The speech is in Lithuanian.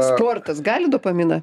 sportas gali dopaminą